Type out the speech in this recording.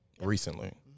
recently